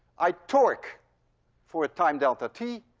i torque for time delta t,